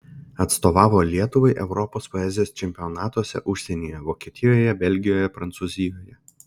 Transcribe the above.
atstovavo lietuvai europos poezijos čempionatuose užsienyje vokietijoje belgijoje prancūzijoje